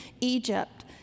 Egypt